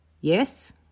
Yes